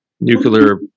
nuclear